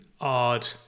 odd